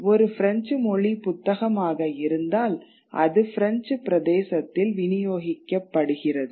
ஒரு பிரெஞ்சு மொழி புத்தகமாக இருந்தால் அது பிரெஞ்சு பிரதேசத்தில் விநியோகிக்கப்படுகிறது